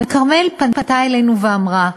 כרמל פנתה אלינו ואמרה,